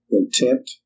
intent